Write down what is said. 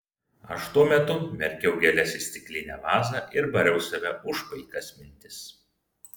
aš tuo metu merkiau gėles į stiklinę vazą ir bariau save už paikas mintis